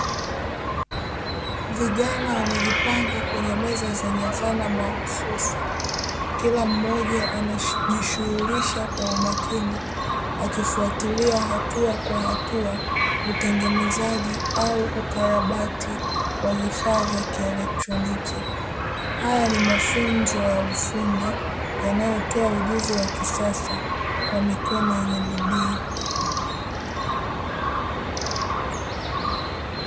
Vijana wamejipanga kwenye meza zenye zana mahususi, kila mmoja anajishughulisha kwa umakini akifuatilia hatua kwa hatua utengenezaji au ukarabati wa vifaa vya kielektroniki. Haya ni mafunzo ya ufundi yanayotoa ujuzi wa kisasa kwa mikono yenye bidii.